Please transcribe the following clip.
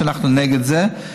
שאנחנו נגד זה,